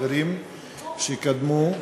לחברים שקדמו.